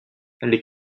les